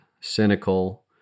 cynical